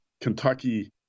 Kentucky